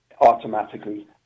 automatically